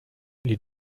les